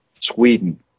Sweden